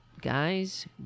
guys